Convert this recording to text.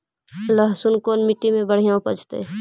लहसुन कोन मट्टी मे बढ़िया उपजतै?